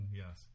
yes